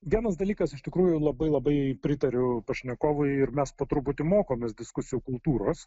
vienas dalykas iš tikrųjų labai labai pritariu pašnekovui ir mes po truputį mokomės diskusijų kultūros